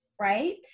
right